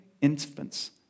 infants